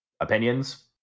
Opinions